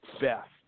best